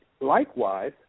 likewise